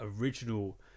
original